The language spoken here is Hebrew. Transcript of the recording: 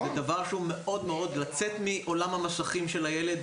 זה מעודד לצאת מעולם המסכים של הילד,